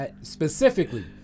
specifically